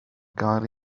gael